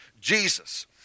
Jesus